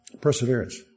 Perseverance